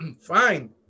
Fine